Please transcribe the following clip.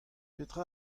petra